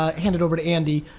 ah hand it over to andy.